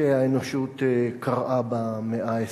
שהאנושות קראה במאה ה-20.